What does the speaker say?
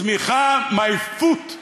צמיחה my foot.